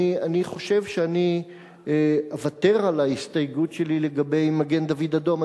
אני שוקל לוותר על ההסתייגות שלי לגבי מגן-דוד-אדום,